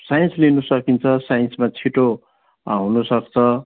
science लिनुसकिन्छ साइन्समा छिटो हुनुसक्छ